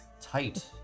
Tight